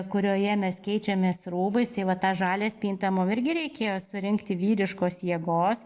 kurioje mes keičiamės rūbais tai va tą žalią spintą mum irgi reikėjo surinkti vyriškos jėgos